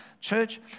Church